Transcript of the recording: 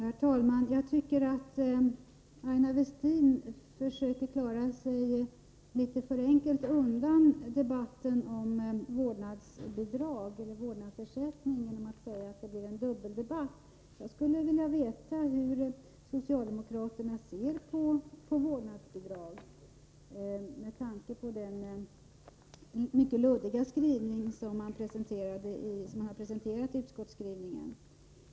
Herr talman! Jag tycker att Aina Westin försökte klara sig litet för enkelt undan debatten om vårdnadsbidrag eller vårdnadsersättning, när hon sade att det blir en dubbeldebatt. Jag skulle vilja veta hur socialdemokraterna ser på vårdnadsbidrag, med tanke på den mycket luddiga skrivning som man presenterat i utskottsbetänkandet.